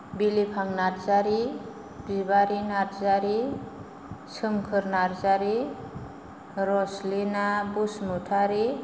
Bilifang Narzary Bibari Narzary Somkhor Narzary Roslina Basumatary